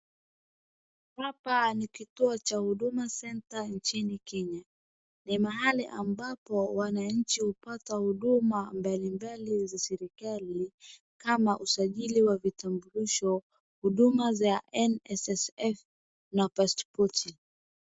Hapa ni kituo cha huduma centre nchini Kenya, ni mahali ambapo wananchi hupata huduma mbalimbali za serikli kama usajili wa vitambulisho, huduma za nssf na paspoti.